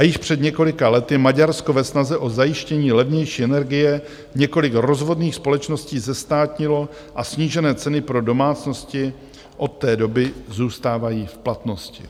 Již před několika lety Maďarsko ve snaze o zajištění levnější energie několik rozvodných společností zestátnilo a snížené ceny pro domácnosti od té doby zůstávají v platnosti.